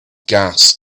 gas